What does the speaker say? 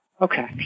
Okay